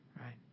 right